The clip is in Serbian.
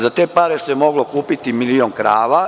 Za te pare se moglo kupiti milion krava.